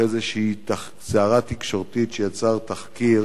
אחרי איזו סערה תקשורתית שיצר תחקיר